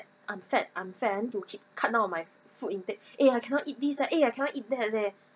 I'm fat I'm fat I want to keep cut down my food intake eh I cannot eat these ah eh I cannot eat that leh